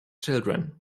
children